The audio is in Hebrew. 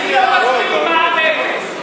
אני לא מצדיק את מע"מ אפס.